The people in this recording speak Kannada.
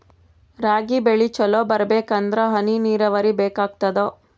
ರಾಗಿ ಬೆಳಿ ಚಲೋ ಬರಬೇಕಂದರ ಹನಿ ನೀರಾವರಿ ಬೇಕಾಗತದ?